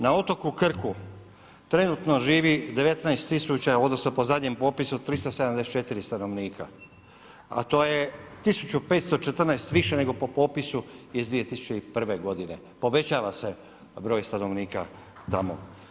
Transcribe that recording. Na otoku Krku trenutno živi 19 000, odnosno po zadnjem popisu 374 stanovnika, a to je 1514 više nego po popisu iz 2001. godine, povećava se broj stanovnika tamo.